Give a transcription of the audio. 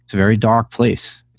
very dark place.